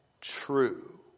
true